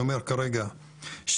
לא --- תמיד הרוח היא צפון מערבית?